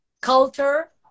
Culture